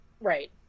Right